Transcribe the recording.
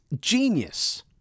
genius